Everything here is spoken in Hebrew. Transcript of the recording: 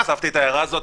הוספתי את ההערה הזאת,